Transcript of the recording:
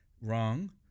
Wrong